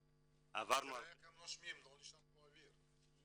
--- תראה איך הם נושמים, לא נשאר פה אויר.